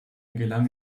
gelang